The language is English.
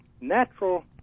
natural